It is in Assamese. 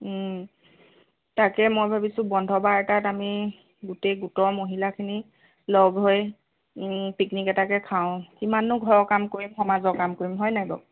তাকে মই ভাবিছোঁ বন্ধ বাৰ এটাত আমি গোটেই গোটৰ মহিলাখিনি লগ হৈ পিকনিক এটাকে খাওঁ কিমাননো ঘৰৰ কাম কৰিম সমাজৰ কাম কৰিম হয় নে নাই বাৰু